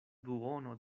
duono